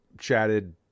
chatted